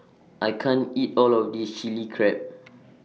I can't eat All of This Chilli Crab